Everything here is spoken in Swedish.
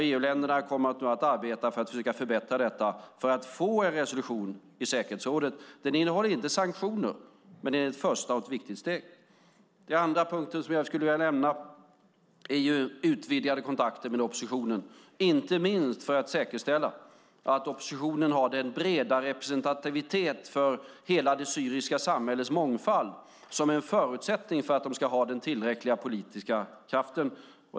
EU-länderna kommer nu att arbeta för att försöka förbättra detta och för att få en resolution i säkerhetsrådet. Den innehåller inte sanktioner, men den är ett första viktigt steg. Den andra punkt jag skulle vilja nämna är utvidgade kontakter med oppositionen, inte minst för att säkerställa att oppositionen har den breda representativitet för hela det syriska samhällets mångfald som är en förutsättning för att de ska ha den tillräckliga politiska kraften.